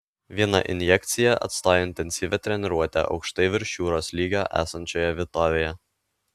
viena injekcija atstoja intensyvią treniruotę aukštai virš jūros lygio esančioje vietovėje